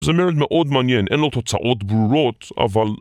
זה מרד מאוד מעניין, אין לו תוצאות ברורות, אבל...